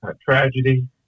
tragedy